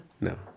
No